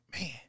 man